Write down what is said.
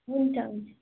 हुन्छ हुन्छ